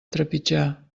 trepitjar